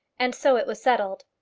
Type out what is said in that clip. and so it was settled.